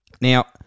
Now